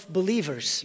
believers